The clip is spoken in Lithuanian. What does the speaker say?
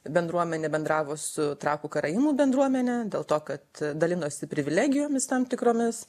bendruomenė bendravo su trakų karaimų bendruomene dėl to kad dalinosi privilegijomis tam tikromis